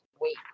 wait